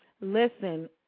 Listen